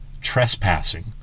trespassing